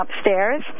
upstairs